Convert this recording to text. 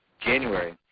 January